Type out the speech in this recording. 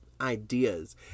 ideas